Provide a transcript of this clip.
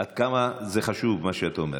עד כמה חשוב מה שאתה אומר,